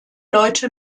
leute